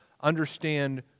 understand